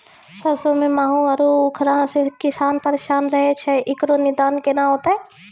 सरसों मे माहू आरु उखरा से किसान परेशान रहैय छैय, इकरो निदान केना होते?